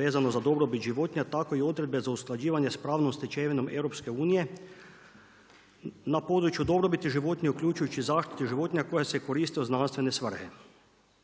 vezano za dobrobit životinja tako i odredbe za usklađivanje sa pravnom stečevinom EU na području dobrobiti životinja uključujući i zaštitu živitinja koja se koristi u znanstvene svrhe.